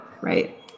right